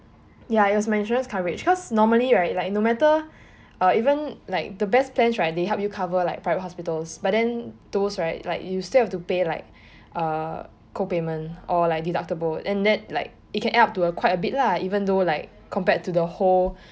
ya it was my insurance coverage because normally right like no matter uh even like the best plans right they help cover like private hospitals but then those right you still have to pay like uh co-payment or like deductible and that like you can add up into quite a bit lah even though like compared to the whole